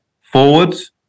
Forwards